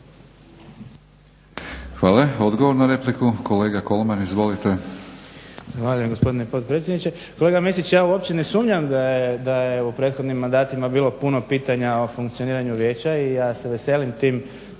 Hvala. Odgovor na repliku, kolega Kolman. Izvolite. **Kolman, Igor (HNS)** Hvala lijepa gospodine potpredsjedniče. Kolega Mesić, uja uopće ne sumnjam da je u prethodnim mandatima bilo puno pitanja o funkcioniranju vijeća i ja se veselim tim